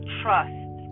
trust